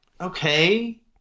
okay